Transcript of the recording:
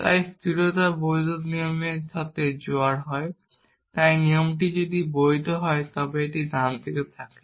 তাই স্থিরতা বৈধ নিয়মের সাথে জোয়ার হয় তাই নিয়মটি বৈধ যদি এটি ডানদিকে থাকে